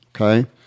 Okay